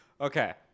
Okay